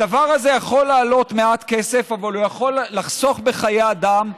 הדבר הזה יכול לעלות מעט כסף אבל הוא יכול לחסוך בחיי אדם,